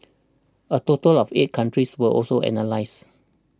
a total of eight countries were also analysed